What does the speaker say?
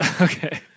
Okay